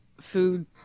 food-